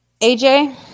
AJ